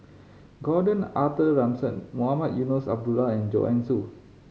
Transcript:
Gordon Arthur Ransome Mohamed Eunos Abdullah and Joanne Soo